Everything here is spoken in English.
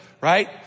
right